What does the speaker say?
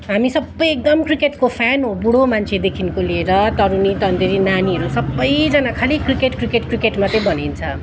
हामी सबै एकदम क्रिकेटको फ्यान बुढो मान्छेदेखिको लिएर तरुनी तन्देरी नानीहरू सबैजना खालि क्रिकेट क्रिकेट क्रिकेट मात्रै भनिन्छ